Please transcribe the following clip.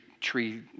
tree